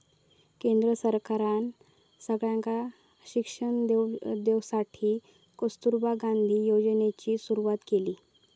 केंद्र सरकारना सगळ्यांका शिक्षण देवसाठी कस्तूरबा गांधी योजनेची सुरवात केली